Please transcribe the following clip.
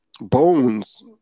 bones